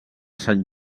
sant